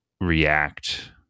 react